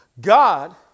God